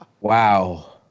Wow